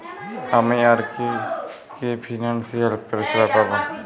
আমি আর কি কি ফিনান্সসিয়াল পরিষেবা পাব?